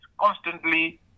constantly